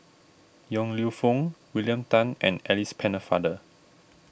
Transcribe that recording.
Yong Lew Foong William Tan and Alice Pennefather